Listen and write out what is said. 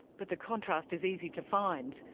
but the contrast is easy to find.